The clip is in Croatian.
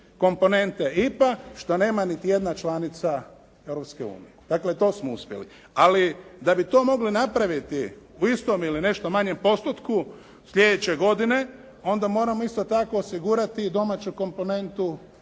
IPA što nema niti jedna članica Europske unije. Dakle, i to smo uspjeli. Ali, da bi to mogli napraviti u istom ili nešto manjem postotku sljedeće godine, onda moramo isto tako osigurati i domaću komponentu u